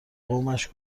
قومش